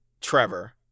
Trevor